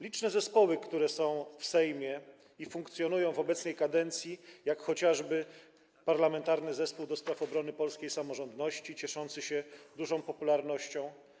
Liczne zespoły są w Sejmie i funkcjonują w obecnej kadencji, jak chociażby Parlamentarny Zespół ds. Obrony Polskiej Samorządności cieszący się dużą popularnością.